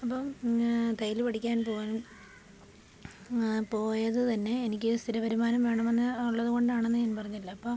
അപ്പോള് തന്നെ തയ്യല് പഠിക്കാൻ പോവാൻ പോയത് തന്നെ എനിക്ക് സ്ഥിരവരുമാനം വേണമെന്ന് ഉള്ളതുകൊണ്ടാണെന്ന് ഞാൻ പറഞ്ഞല്ലോ അപ്പോള്